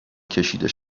کشیده